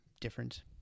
different